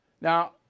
now